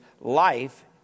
Life